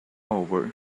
over